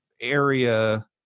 area